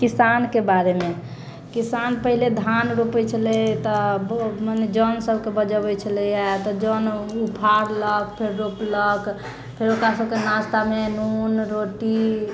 किसानके बारेमे किसान पहले धान रोपै छलै तऽ जन सबके बजबैत छलैया तऽ जन ओ उखारलक फेर रोपलक फेर ओकरा सबके नास्तामे नून रोटी